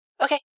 Okay